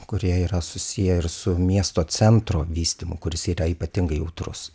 kurie yra susiję ir su miesto centro vystymu kuris yra ypatingai jautrus